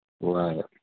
Right